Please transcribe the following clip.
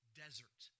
desert